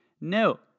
no